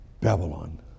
Babylon